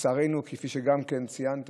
כפי שגם כן ציינת